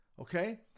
Okay